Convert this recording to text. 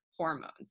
Hormones